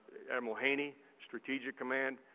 admiral haney, strategic command,